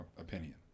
opinion